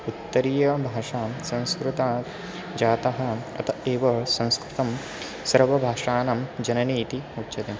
उत्तरीयाः भाषाः संस्कृतात् जाताः अतः एव संस्कृतं सर्वभाषाणां जननी इति उच्यते